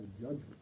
judgment